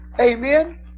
Amen